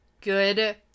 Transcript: good